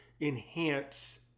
enhance